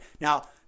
Now